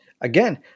again